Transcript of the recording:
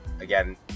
again